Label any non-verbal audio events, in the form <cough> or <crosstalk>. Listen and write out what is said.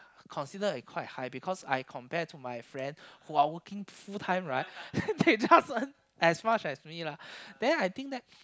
considered like quite high because I compare to my friend who are working full time right then they <laughs> just earn as much as me lah then I think that